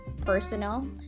personal